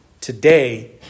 today